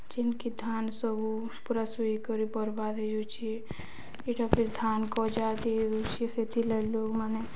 ଯେନ୍କେ ଧାନ୍ ସବୁ ପୁରା ଶୁଇକରି ବର୍ବାଦ୍ ହେଇଯଉଛେ ଇଟା ଫି ଧାନ୍ ଗଜା ଦି ଦଉଛେ ସେଥିର୍ ଲାଗି ଲୋକ୍ମାନେ